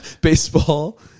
baseball